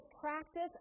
practice